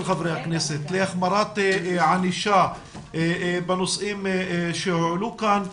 חברי הכנסת להחמרת הענישה בנושאים שהועלו כאן.